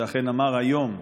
שאכן אמר היום,